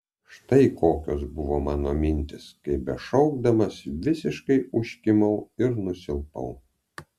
štai kokios buvo mano mintys kai bešaukdamas visiškai užkimau ir nusilpau